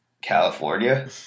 California